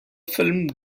film